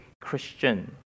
Christian